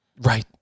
Right